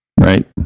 right